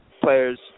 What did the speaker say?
players